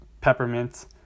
peppermint